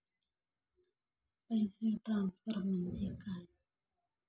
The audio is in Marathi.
पैसे ट्रान्सफर म्हणजे काय?